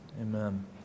Amen